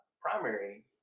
primary